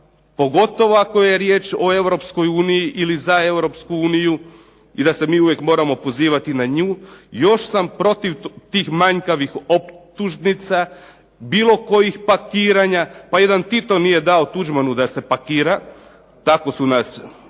pogotovo ako je riječ o Europskoj uniji ili za Europsku uniju i da se mi uvijek moramo pozivati na nju. Još sam protiv tih manjkavih optužnica, bilo kojih pakiranja. Pa jedan Tito nije dao Tuđmanu da se pakira, tako su nas